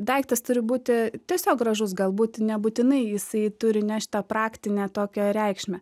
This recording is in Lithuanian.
daiktas turi būti tiesiog gražus galbūt nebūtinai jisai turi nešt tą praktinę tokią reikšmę